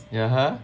yeah ha